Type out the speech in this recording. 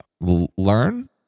learn